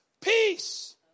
Peace